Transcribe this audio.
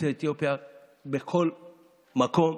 יוצאי אתיופיה בכל מקום,